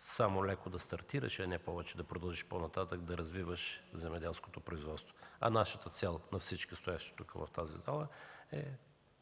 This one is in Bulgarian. само леко да стартираш, а не да продължиш по-нататък да развиваш земеделското производство. А целта на всички, стоящи в тази зала, е